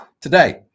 today